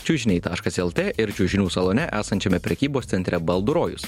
čiužniai taškas lt ir čiužinių salone esančiame prekybos centre baldų rojus